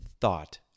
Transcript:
thought